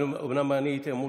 אומנם אני הייתי אמור